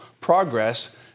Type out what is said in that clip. progress